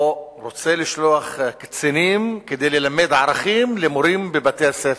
או רוצה לשלוח קצינים כדי ללמד ערכים למורים בבתי-הספר,